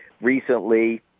recently